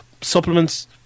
supplements